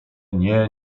nie